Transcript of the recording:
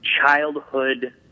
childhood